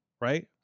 Right